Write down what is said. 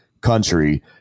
country